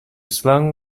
slang